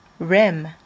Rim